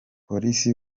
polisi